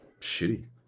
Shitty